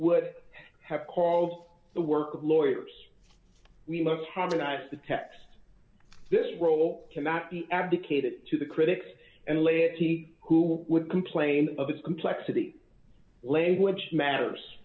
would have called the work of lawyers we must harmonize the text this role cannot be abdicated to the critics and leahy who would complain of the complexity lay which matters